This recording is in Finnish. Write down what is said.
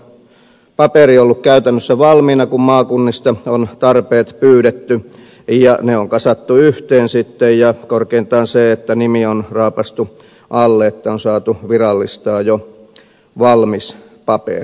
siinä on vaan paperi ollut käytännössä valmiina kun maakunnista on tarpeet pyydetty ja ne on kasattu yhteen sitten ja korkeintaan nimi on raapastu alle että on saatu virallistaa jo valmis paperi